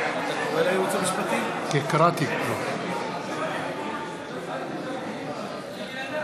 על חריגות שכר לכאורה בגופים הציבוריים בשנת 2016 ופעילות יחידת